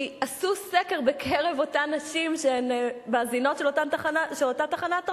כי עשו סקר בקרב אותן נשים שהן מאזינות של אותה תחנת רדיו,